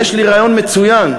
יש לי רעיון מצוין,